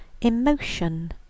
emotion